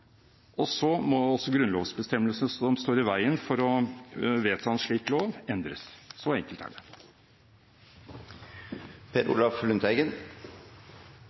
og så må grunnlovsbestemmelser som står i veien for å vedta en slik lov, endres. Så enkelt er det.